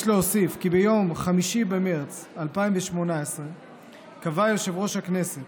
יש להוסיף כי ביום 5 במרץ 2018 קבע יושב-ראש הכנסת,